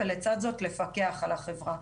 ולצד זה לפקח על החברה.